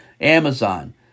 Amazon